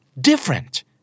Different